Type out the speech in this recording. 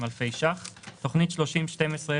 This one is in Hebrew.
לא,